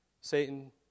Satan